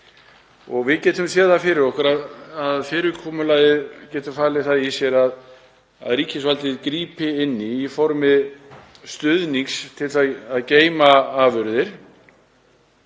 Við getum séð það fyrir okkur að fyrirkomulagið getur falið það í sér að ríkisvaldið grípi inn í í formi stuðnings til að geyma afurðir